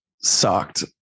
sucked